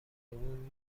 اون